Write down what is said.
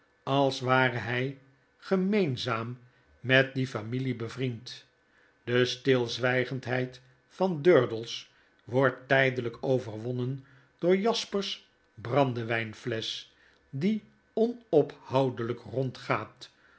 als ware hij gemeenzaam met die rarailie bevriend de stilzwygendheid van durdels wordt tydelyk overwonnen door jasper's brandewynfiesch die onophoudelyk